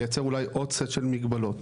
לייצר אולי עוד סט של מגבלות,